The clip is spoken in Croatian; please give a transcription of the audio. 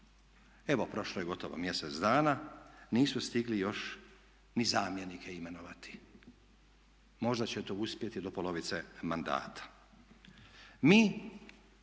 Evo prošlo je gotovo mjesec dana, nisu stigli još ni zamjenike imenovati. Možda će to uspjeti do polovice mandata. Mi